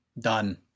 Done